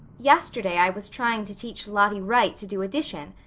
yesterday i was trying to teach lottie wright to do addition.